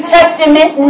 Testament